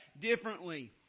differently